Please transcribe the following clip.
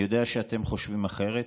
אני יודע שאתם חושבים אחרת.